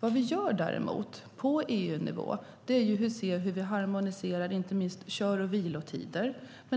Vad vi däremot gör på EU-nivå är att se hur vi ska harmonisera inte minst kör och vilotider.